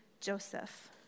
Joseph